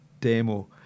demo